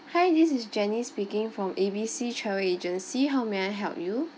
hi this is janice speaking from A_B_C travel agency how may I help you